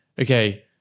okay